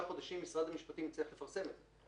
חודשים משרד המשפטים יצליח לפרסם את זה.